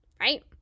right